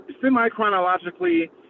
semi-chronologically